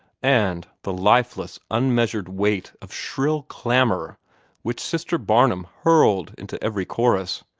and the lifeless, unmeasured weight of shrill clamor which sister barnum hurled into every chorus,